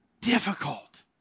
difficult